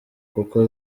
kuko